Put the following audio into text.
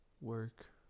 Work